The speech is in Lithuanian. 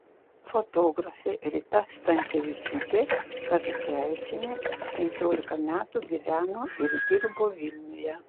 fotografė rita stankevičiūtė kazakevičienė penkiolika metų gyveno ir dirbo vilniuje